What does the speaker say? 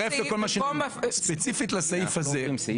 ספציפית לסעיף הזה,